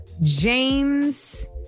James